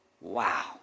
Wow